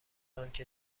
آنکه